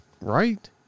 right